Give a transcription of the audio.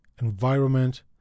environment